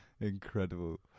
incredible